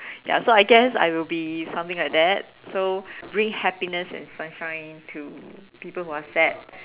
ya so I guess I would be something like that so bring happiness and sunshine to people who are sad